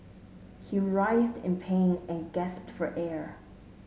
he writhed in pain and gasped for air